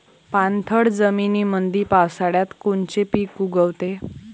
पाणथळ जमीनीमंदी पावसाळ्यात कोनचे पिक उगवते?